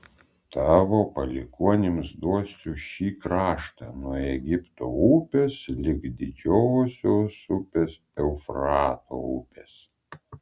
tavo palikuonims duosiu šį kraštą nuo egipto upės lig didžiosios upės eufrato upės